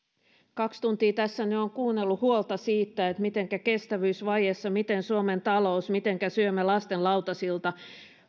kaksi tuntia tässä nyt olen kuunnellut huolta siitä mitenkä kestävyysvaje miten suomen talous mitenkä syömme lasten lautasilta